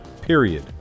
period